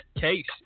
case